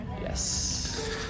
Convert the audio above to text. yes